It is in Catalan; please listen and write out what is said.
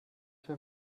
fer